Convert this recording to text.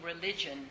religion